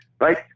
right